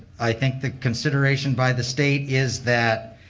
i think the consideration by the state is that.